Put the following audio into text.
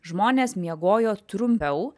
žmonės miegojo trumpiau